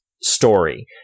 story